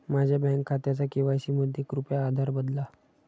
माझ्या बँक खात्याचा के.वाय.सी मध्ये कृपया आधार बदला